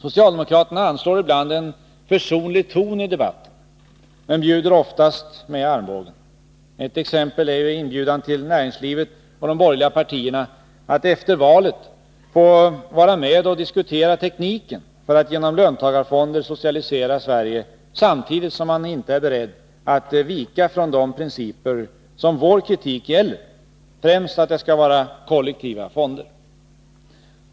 Socialdemokraterna anslår ibland en försonlig ton i debatten, men bjuder oftast med armbågen. Ett exempel är inbjudan till näringslivet och de borgerliga partierna att efter valet få vara med och diskutera tekniken för att genom löntagarfonder socialisera Sverige, samtidigt som man inte är beredd att vika från de principer som vår kritik gäller, främst att det skall vara kollektiva fonder.